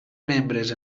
membres